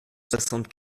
soixante